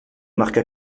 marque